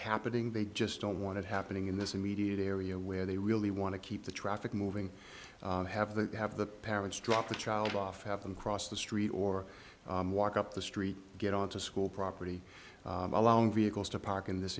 happening they just don't want it happening in this immediate area where they really want to keep the traffic moving have the have the parents drop the child off have them cross the street or walk up the street get on to school property allowing vehicles to park in this